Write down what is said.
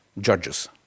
judges